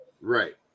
Right